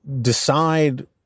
decide